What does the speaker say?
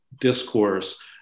discourse